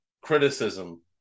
criticism